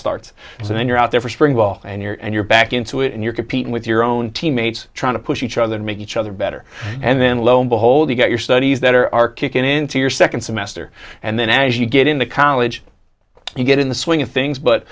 starts so when you're out there for spring ball and you're and you're back into it and you're competing with your own teammates trying to push each other to make each other better and then lo and behold you get your that are our kick into your second semester and then as you get into college you get in the swing of things but